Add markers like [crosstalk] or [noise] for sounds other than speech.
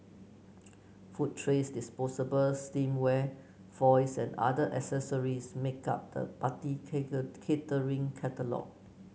food trays disposable stemware foils and other accessories make up the party [unintelligible] catering catalogue